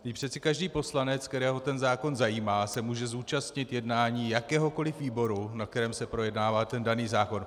Vždyť přeci každý poslanec, kterého ten zákon zajímá, se může zúčastnit jednání jakéhokoliv výboru, na kterém se projednává daný zákon.